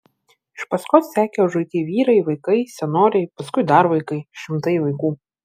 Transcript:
iš paskos sekė užuiti vyrai vaikai senoliai paskui dar vaikai šimtai vaikų